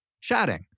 chatting